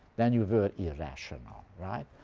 then you were irrational. right?